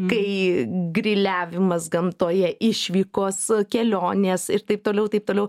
kai griliavimas gamtoje išvykos kelionės ir taip toliau ir taip toliau